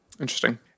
Interesting